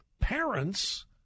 Parents